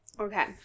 Okay